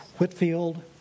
Whitfield